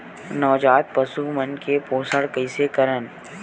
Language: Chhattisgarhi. नवजात पशु मन के पोषण कइसे करन?